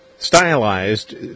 Stylized